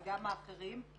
וגם האחרים.